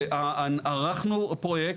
ערכנו פרויקט.